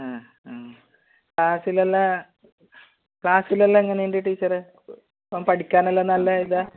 ആ ആ ക്ലാസ്സിലെല്ലാം ക്ലാസ്സിലെല്ലാം എങ്ങനെ ഉണ്ട് ടീച്ചറെ ഓൻ പഠിക്കാനെല്ലാം നല്ല ഇതാണോ